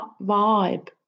vibe